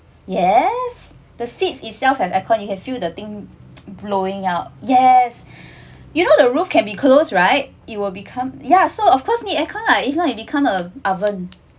yes the seats itself have aircon you can feel the thing blowing out yes you know the roof can be close right it will become yeah so of course need air con lah if not you become a oven